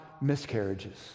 miscarriages